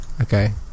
Okay